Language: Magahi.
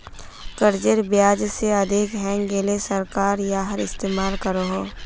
कर्जेर ब्याज से अधिक हैन्गेले सरकार याहार इस्तेमाल करोह